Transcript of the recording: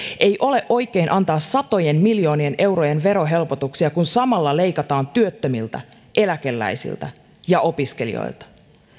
ei ole oikein antaa satojen miljoonien eurojen verohelpotuksia kun samalla leikataan työttömiltä eläkeläisiltä ja opiskelijoilta